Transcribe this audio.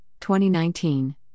2019